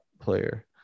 player